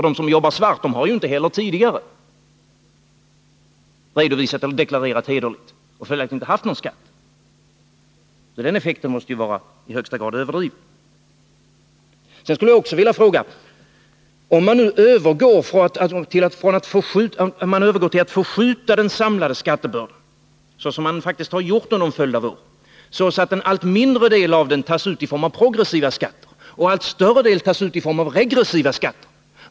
De som jobbat svart har ju inte deklarerat hederligt, och följaktligen har de inte heller haft någon skatt. Denna effekt av marginalskattesänkningen måste därför vara i högsta grad överdriven. Under en följd av år har den samlade skattebördan faktiskt förskjutits så, att en allt mindre del tas ut i form av progressiva skatter och en allt större del i form av regressiva skatter.